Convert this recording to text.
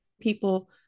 people